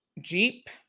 jeep